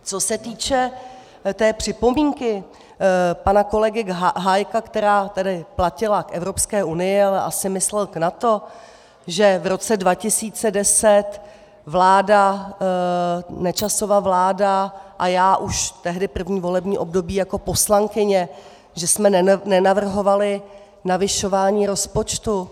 Co se týče té připomínky pana kolegy Hájka, která platila k Evropské unii, ale asi myslel k NATO, že v roce 2010 vláda, Nečasova vláda, a já už tehdy první volební období jako poslankyně, že jsme nenavrhovali navyšování rozpočtu.